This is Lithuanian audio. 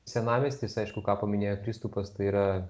senamiestis aišku ką paminėjo kristupas tai yra